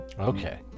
Okay